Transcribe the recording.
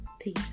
Peace